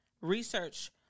Research